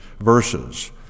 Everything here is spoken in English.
verses